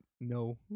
No